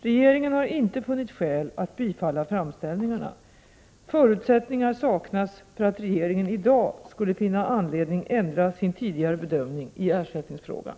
Regeringen har inte funnit skäl att bifalla framställningarna. Förutsättningar saknas för att regeringen i dag skulle finna anledning ändra sin tidigare bedömning i ersättningsfrågan.